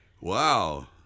Wow